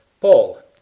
Paul